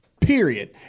period